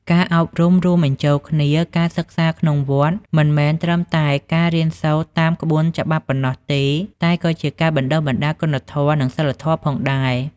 ការអប់រំរួមបញ្ចូលគ្នា ការសិក្សាក្នុងវត្តមិនមែនត្រឹមតែការរៀនសូត្រតាមក្បួនច្បាប់ប៉ុណ្ណោះទេ តែក៏ជាការបណ្តុះបណ្តាលគុណធម៌និងសីលធម៌ផងដែរ។